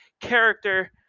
character